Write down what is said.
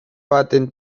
baten